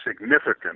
significant